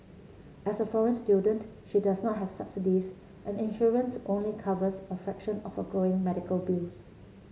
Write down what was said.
as a foreign student she does not have subsidies and insurance only covers a fraction of her growing medical bills